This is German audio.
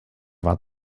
war